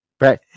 Right